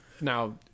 now